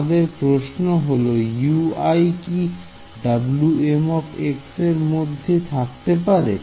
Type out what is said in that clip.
আমাদের প্রশ্ন হল Ui কি Wm এর মধ্যে কি থাকতে পারে